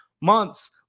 months